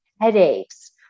headaches